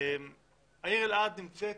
העיר אלעד נמצאת